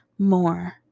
More